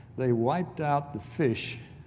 they wiped out the fish.